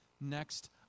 next